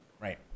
right